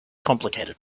complicated